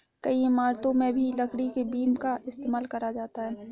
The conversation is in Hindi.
कई इमारतों में भी लकड़ी के बीम का इस्तेमाल करा जाता है